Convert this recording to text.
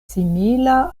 simila